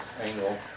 angle